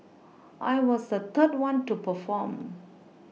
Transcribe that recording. I was the third one to perform